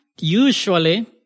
Usually